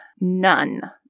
none